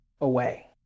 away